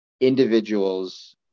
individuals